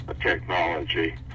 technology